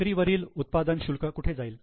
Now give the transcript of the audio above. विक्रीवरील उत्पादन शुल्क कुठे येईल